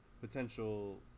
potential